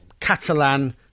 Catalan